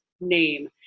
name